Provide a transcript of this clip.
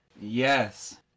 Yes